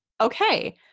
okay